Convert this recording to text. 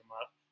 up